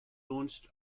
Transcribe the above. launched